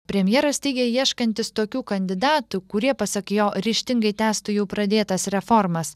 premjeras teigė ieškantis tokių kandidatų kurie pasak jo ryžtingai tęstų jau pradėtas reformas